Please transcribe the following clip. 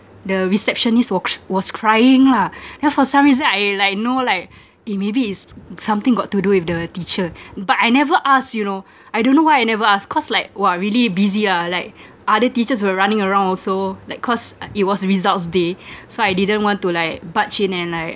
the receptionist was was crying lah then for some reason I like know like eh maybe is something got to do with the teacher but I never ask you know I don't know why I never ask cause like !wah! really busy ah like other teachers were running around also like cause it was results day so I didn't want to like butt in and like